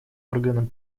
органом